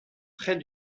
près